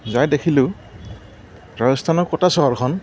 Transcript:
যাই দেখিলোঁ ৰাজস্থানৰ ক'টা চহৰখন